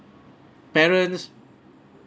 parents